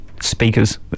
speakers